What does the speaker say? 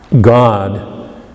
God